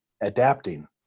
adapting